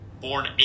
born